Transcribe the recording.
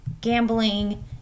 gambling